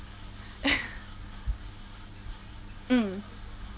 mm